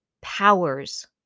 powers